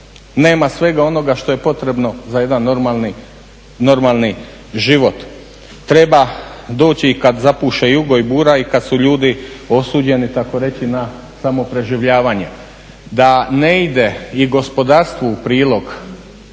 nema svega onoga što je potrebno za jedan normalni život. Treba doći i kad zapuše jugo i bura i kad su ljudi osuđeni tako reći na samo preživljavanje. Da ne ide i gospodarstvu u prilog